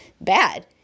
bad